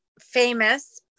famous